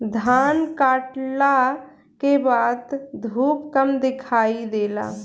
धान काटला के बाद धूप कम दिखाई देला